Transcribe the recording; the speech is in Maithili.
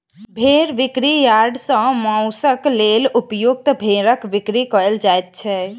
भेंड़ बिक्री यार्ड सॅ मौंसक लेल उपयुक्त भेंड़क बिक्री कयल जाइत छै